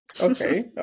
Okay